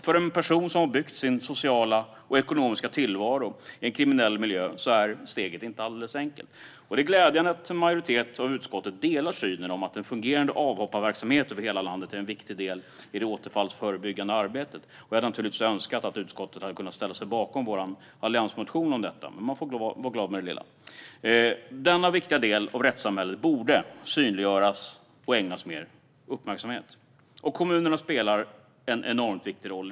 För en person som har byggt upp sin sociala och ekonomiska tillvaro i en kriminell miljö är steget inte alldeles enkelt. Det är därför glädjande att en majoritet av utskottet delar synen att en fungerande avhopparverksamhet över hela landet är en viktig del i det återfallsförebyggande arbetet. Jag hade naturligtvis önskat att utskottet hade kunnat ställa sig bakom vår alliansmotion om detta, men jag får vara glad för det lilla. Denna viktiga del av rättssamhället borde synliggöras och ägnas mer uppmärksamhet. Kommunerna spelar här en enormt viktig roll.